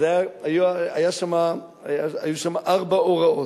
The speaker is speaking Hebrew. אז היו שם ארבע הוראות,